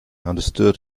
understood